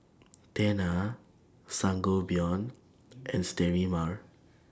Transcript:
Tena Sangobion and Sterimar